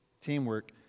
Teamwork